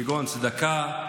כגון צדקה,